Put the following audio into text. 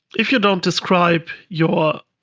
if you don't describe your